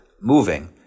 moving